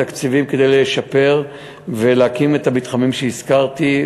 תקציבים כדי לשפר ולהקים את המתחמים שהזכרתי,